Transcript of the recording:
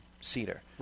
cedar